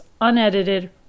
unedited